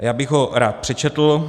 Já bych ho rád přečetl: